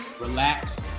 relax